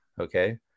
okay